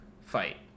fight